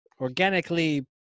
organically